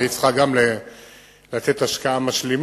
הרי היא צריכה גם לתת השקעה משלימה,